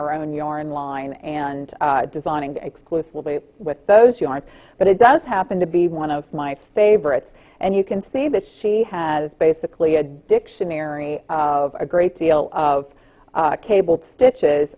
your own your in line and designing exclusively with those who aren't but it does happen to be one of my favorites and you can see that she has basically a dictionary of a great deal of cable to stitches